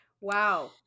Wow